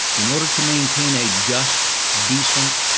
in order to maintain a just, decent,